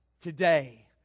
today